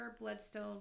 bloodstone